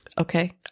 Okay